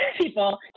people